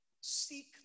seek